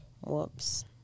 whoops